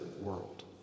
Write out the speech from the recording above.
world